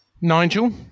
Nigel